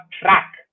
track